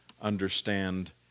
understand